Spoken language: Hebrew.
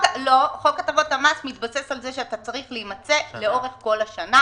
חוק הטבות המס מתבסס על זה שאתה צריך להימצא לאורך כל התקופה.